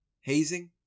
hazing